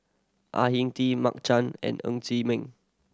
Au Hing Tee Mark Chan and Ng Chee Meng